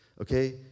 Okay